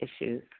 issues